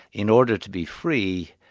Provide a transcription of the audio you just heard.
in order to be free,